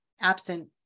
absent